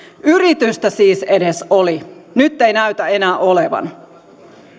yritystä siis edes oli nyt ei näytä enää olevan